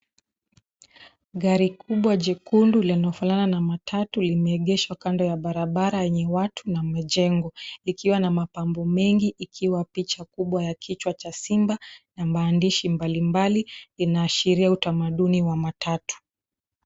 Gari kubwa jekundu linalofanana na matatu limeegeshwa kando ya barabara yenye watu na majengo, ikiwa na mapambo mengi ikiwa picha kubwa kichwa cha simba na maandishi mbalimbali, inaashiria utamaduni wa matatu.